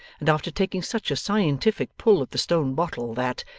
and after taking such a scientific pull at the stone bottle that,